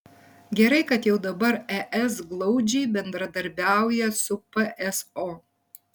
gerai kad jau dabar es glaudžiai bendradarbiauja su pso